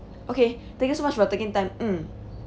okay thank you so much for taking time mm